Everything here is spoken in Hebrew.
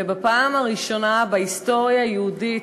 ובפעם הראשונה בהיסטוריה היהודית,